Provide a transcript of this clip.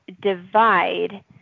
divide